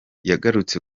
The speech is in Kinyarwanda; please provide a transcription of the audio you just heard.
yagarutse